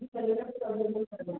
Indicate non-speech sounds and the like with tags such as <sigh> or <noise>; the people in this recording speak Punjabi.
<unintelligible>